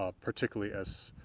ah particularly as